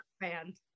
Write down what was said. band